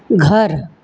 घर